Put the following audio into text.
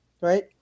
Right